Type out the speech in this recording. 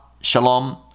Shalom